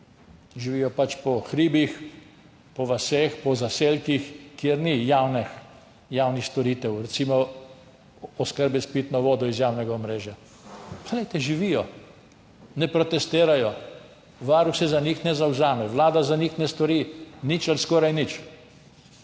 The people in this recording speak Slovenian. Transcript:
živijo pač po hribih, po vaseh, po zaselkih, kjer ni javnih storitev, recimo oskrbe s pitno vodo iz javnega omrežja. Pa glejte, živijo, ne protestirajo. Varuh se za njih ne zavzame, Vlada za njih ne stori nič ali skoraj nič.